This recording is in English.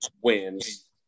wins